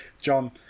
John